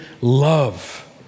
love